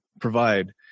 provide